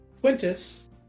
Quintus